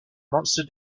monster